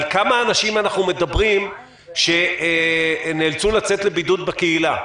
על כמה אנשים אנחנו מדברים שנאלצו לצאת לבידוד בקהילה?